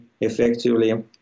effectively